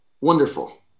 Wonderful